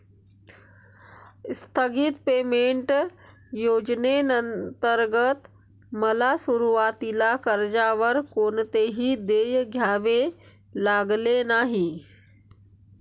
स्थगित पेमेंट योजनेंतर्गत मला सुरुवातीला कर्जावर कोणतेही देय द्यावे लागले नाही